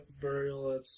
Burial